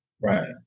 Right